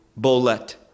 Bolet